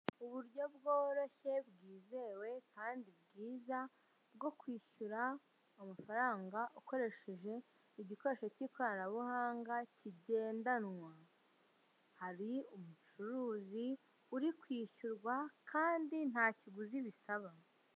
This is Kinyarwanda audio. Uburyo bworoshye bwizewe kandi bwiza bwo kwishuyra amafaranga ukoresheje igikoresho k'ikoranabuhanga rigendanwa, hari umucuruzi uri kwishyurwa kandi ntakiguzi bisaba.